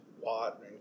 Watt